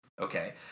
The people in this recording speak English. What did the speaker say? Okay